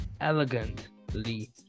elegantly